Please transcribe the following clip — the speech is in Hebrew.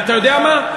אתה יודע מה,